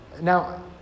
Now